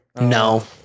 No